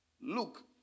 Look